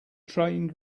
trained